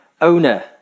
owner